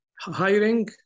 hiring